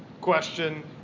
question